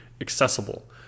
accessible